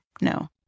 No